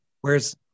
Whereas